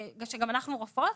שגם אנחנו רופאות?